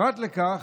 פרט לכך,